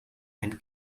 ein